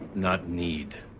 not need.